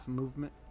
movement